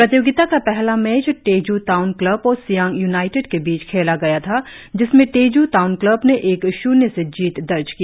प्रतियोगिता का पहला मैच तेज् टाउन क्लब और सियांग य्नाईटेट के बीच खेला गया था जिसमें तेज् टाउन क्लब ने एक शून्य से जीत दर्ज की